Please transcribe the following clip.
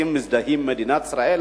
מזדהים עם מדינת ישראל,